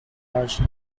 large